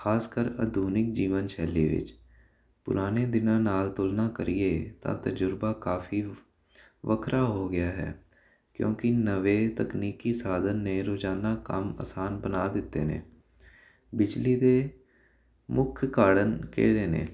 ਖਾਸ ਕਰ ਆਧੁਨਿਕ ਜੀਵਨ ਸ਼ੈਲੀ ਵਿੱਚ ਪੁਰਾਣੇ ਦਿਨਾਂ ਨਾਲ ਤੁਲਨਾ ਕਰੀਏ ਤਾਂ ਤਜਰਬਾ ਕਾਫੀ ਵੱਖਰਾ ਹੋ ਗਿਆ ਹੈ ਕਿਉਂਕਿ ਨਵੇ ਤਕਨੀਕੀ ਸਾਧਨ ਨੇ ਰੋਜ਼ਾਨਾ ਕੰਮ ਆਸਾਨ ਬਣਾ ਦਿੱਤੇ ਨੇ ਬਿਜਲੀ ਦੇ ਮੁੱਖ ਕਾਰਨ ਕਿਹੜੇ ਨੇ